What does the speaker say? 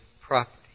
property